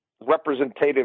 representative